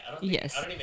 yes